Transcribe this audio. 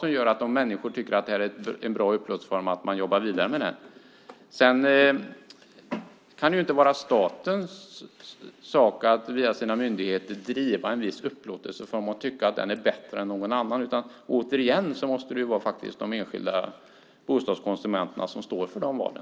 Om människor tycker att det här är en bra upplåtelseform kan man jobba vidare med den. Det kan inte vara statens sak att via sina myndigheter driva en viss upplåtelseform och tycka att den är bättre än någon annan. Återigen måste det vara de enskilda bostadskonsumenterna som står för de valen.